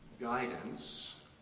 guidance